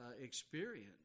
experience